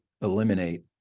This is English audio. eliminate